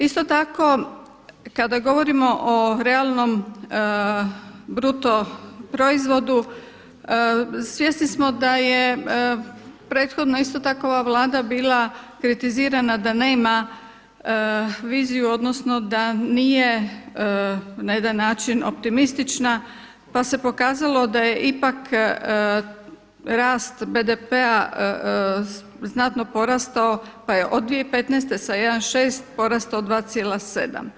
Isto tako kada govorimo o realnom bruto proizvodu svjesni smo da je prethodno isto tako ova Vlada bila kritizirana da nema viziju odnosno da nije na jedan način optimistična, pa se pokazalo da je ipak rast BDP-a znatno porastao, pa je od 2015. sa 1,6 porastao 2,7.